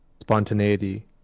spontaneity